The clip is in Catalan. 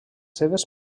seves